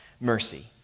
mercy